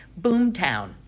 Boomtown